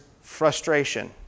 frustration